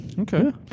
Okay